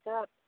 up